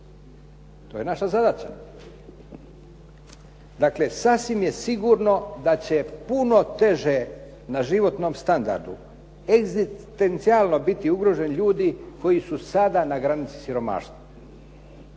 To je naša zadaća. Dakle, sasvim je sigurno da će puno teže na životnom standardu egzistencijalno biti ugroženi ljudi koji su sada na granici siromaštva.